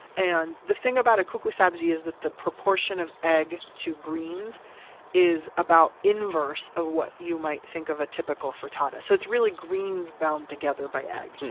and the thing about a kuku sabzi is that the proportion of egg to greens is about inverse of what you might think of a typical frittata. so it's really greens bound together by egg,